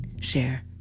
share